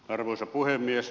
arvoisa puhemies